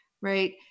right